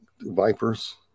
vipers